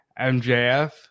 MJF